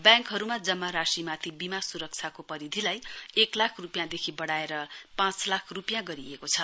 ब्याङ्कमा जम्मा राशिमाथि बीमा सुरक्षाको परिधिलाई एकलाख रूपियाँदेखि बढाएर पाँचलाख रूपियाँ गरिएको छ